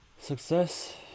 success